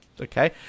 Okay